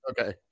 Okay